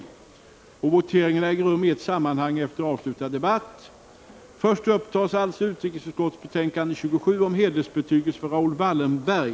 Voteringarna äger rum i ett sammanhang efter avslutad debatt. Först upptas alltså utrikesutskottets betänkande 27 om hedersbetygelser för Raoul Wallenberg.